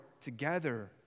together